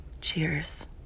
cheers